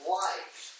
life